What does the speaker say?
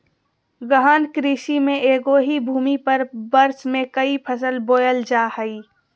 गहन कृषि में एगो ही भूमि पर वर्ष में क़ई फसल बोयल जा हइ